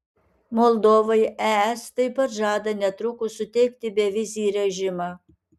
moldovai es taip pat žada netrukus suteikti bevizį režimą